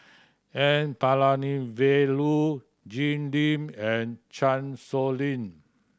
N Palanivelu Jim Lim and Chan Sow Lin